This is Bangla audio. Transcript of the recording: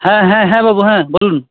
হ্যাঁ হ্যাঁ হ্যাঁ বাবু হ্যাঁ বলুন